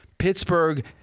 Pittsburgh